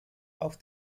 auf